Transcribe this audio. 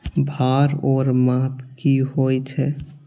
भार ओर माप की होय छै?